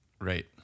Right